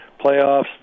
playoffs